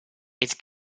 its